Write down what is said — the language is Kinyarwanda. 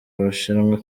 bushinwa